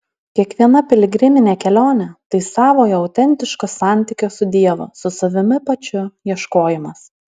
kiekviena piligriminė kelionė tai savojo autentiško santykio su dievu su savimi pačiu ieškojimas